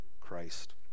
Christ